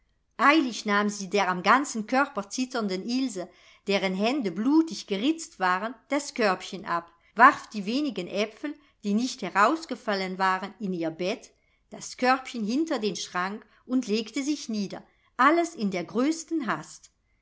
eilig nahm sie der am ganzen körper zitternden ilse deren hände blutig geritzt waren das körbchen ab warf die wenigen aepfel die nicht herausgefallen waren in ihr bett das körbchen hinter den schrank und legte sich nieder alles in der größten hast